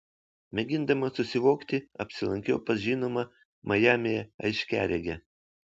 mėgindama susivokti apsilankiau pas žinomą majamyje aiškiaregę